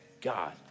God